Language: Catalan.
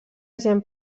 gent